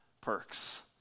perks